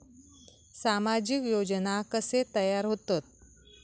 सामाजिक योजना कसे तयार होतत?